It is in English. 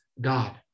God